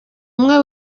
umwe